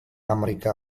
amerika